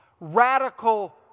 radical